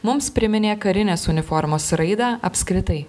mums priminė karinės uniformos raidą apskritai